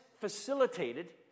facilitated